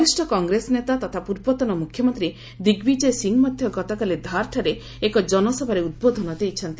ବରିଷ୍ଣ କଂଗ୍ରେସ ନେତା ତଥା ପୂର୍ବତନ ମୁଖ୍ୟମନ୍ତ୍ରୀ ଦିଗ୍ବିଜୟ ସିଂ ମଧ୍ୟ ଗତକାଲି ଧାର୍ଠାରେ ଏକ ଜନସଭାରେ ଉଦ୍ବୋଧନ ଦେଇଛନ୍ତି